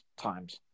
times